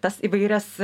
tas įvairias